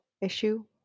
issue